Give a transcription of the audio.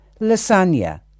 lasagna